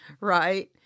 Right